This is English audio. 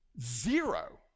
Zero